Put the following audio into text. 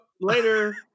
later